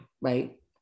Right